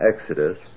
exodus